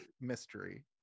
mystery